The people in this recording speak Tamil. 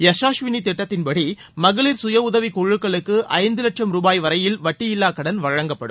யஸாஷ்வினி திட்டத்தின்படி மகளிர் சுய உதவிக்குழுக்களுக்கு ஐந்து வட்சம் ரூபாய் வரையில் வட்டியில்லா கடன் வழங்கப்படும்